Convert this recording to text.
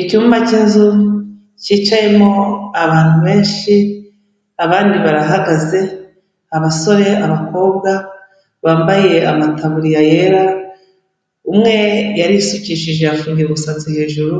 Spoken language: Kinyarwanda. Icyumba cy'inzu cyicayemo abantu benshi abandi barahagaze, abasore, abakobwa, bambaye amataburiya yera, umwe yarisukishije afungiye umusatsi hejuru,